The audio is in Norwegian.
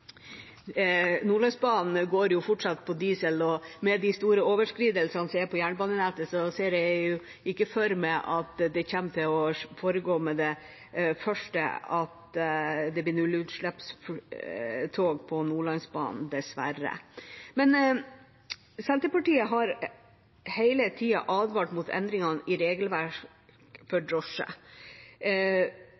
Nordlandsbanen går jo fortsatt på diesel, og med de store overskridelsene på jernbanenettet ser jeg ikke for meg at det kommer til å skje med det første at det blir nullutslippstog på Nordlandsbanen – dessverre. Senterpartiet har hele tida advart mot endringene i regelverket for